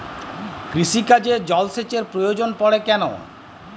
কৃষিকাজে জলসেচের প্রয়োজন পড়ে কেন?